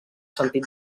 sentit